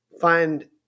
find